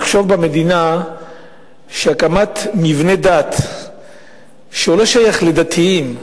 לחשוב שהקמת מבנה דת שלא שייך לדתיים,